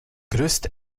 größte